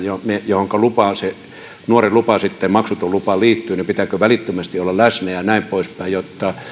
jonka lupaan se nuoren maksuton lupa sitten liittyy välittömästi olla läsnä ja näin poispäin jotta